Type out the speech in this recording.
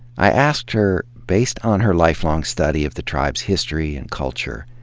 i asked her, based on her lifelong study of the tribe's history and culture,